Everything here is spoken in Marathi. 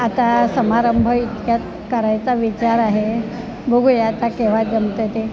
आता समारंभ इतक्यात करायचा विचार आहे बघूया आता केव्हा जमतं ते